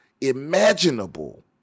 imaginable